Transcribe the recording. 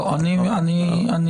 לא, אני מבקש להתייחס לזה.